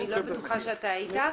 אני לא בטוחה שאתה היית בו.